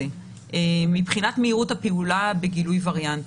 מבחינת מהירות הפעולה בגילוי וריאנט,